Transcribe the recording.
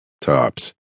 Tops